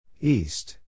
East